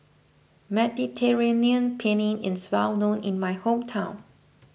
Mediterranean Penne is well known in my hometown